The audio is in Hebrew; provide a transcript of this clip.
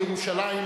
לירושלים,